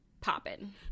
popping